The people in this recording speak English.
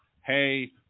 hey